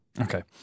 Okay